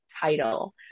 title